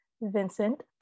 Vincent